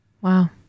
Wow